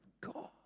God